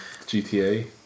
GTA